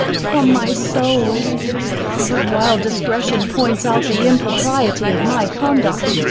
from my soul but while discretion points out the impropriety of my conduct,